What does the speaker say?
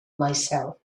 myself